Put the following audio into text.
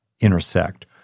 intersect